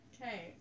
Okay